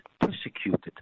persecuted